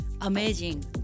amazing